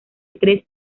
tres